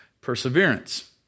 perseverance